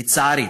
לצערי.